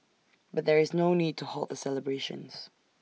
but there is no need to halt the celebrations